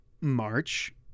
March